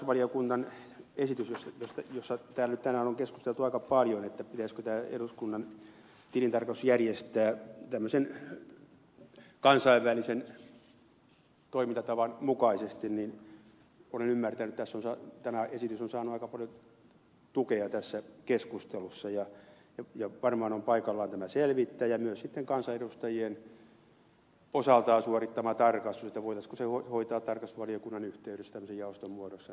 tarkastusvaliokunnan esitys josta tänään on keskusteltu aika paljon pitäisikö tilintarkastus järjestää tämmöisen kansainvälisen toimintatavan mukaisesti on saanut olen ymmärtänyt aika paljon tukea tässä keskustelussa ja varmaan on paikallaan tämä selvittää ja myös se voitaisiinko kansanedustajien osaltaan suorittama tarkastus hoitaa tarkastusvaliokunnan yhteydessä tämmöisen jaoston muodossa